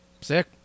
Sick